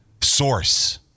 Source